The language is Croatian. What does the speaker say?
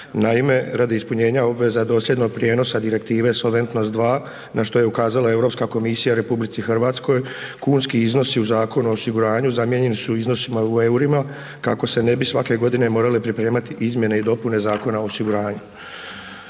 Naime, radi ispunjenja obveza dosljednog prijenosa Direktive Solventnost II na što je ukazala EU komisiji Republici Hrvatskoj, kunski iznosi u Zakonu o osiguranju zamijenjeni su iznosima u eurima kako se ne bi svake godine morale pripremati izmjene i dopune Zakona o osiguranju.